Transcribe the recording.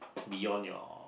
beyond your